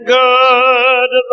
good